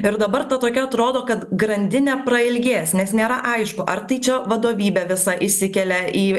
ir dabar ta tokia atrodo kad grandinė prailgės nes nėra aišku ar tai čia vadovybė visa išsikelia į